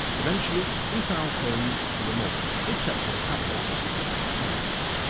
eventually we found homes for them all, except for a couple that we kept ourselves.